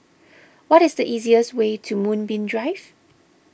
what is the easiest way to Moonbeam Drive